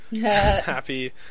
happy